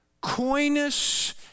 coyness